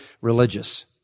religious